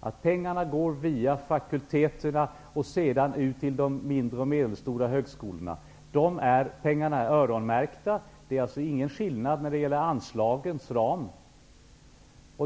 och att låta pengarna gå via fakulteterna till de mindre och medelstora högskolorna. Pengarna är öronmärkta. Det är alltså ingen skillnad när det gäller anslagens ram.